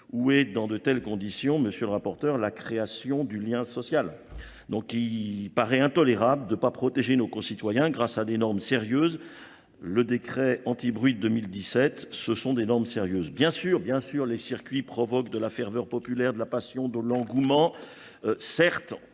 ou est dans de telles conditions, monsieur le rapporteur, la création du lien social. Donc il paraît intolérable de pas protéger nos concitoyens grâce à des normes sérieuses. Le décret anti-bruit 2017, ce sont des normes sérieuses. Bien sûr, bien sûr les circuits provoquent de la ferveur populaire, de la passion, de l'engouement. Certes,